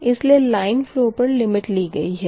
इसलिए line flow पर limit ली गई है